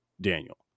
Daniel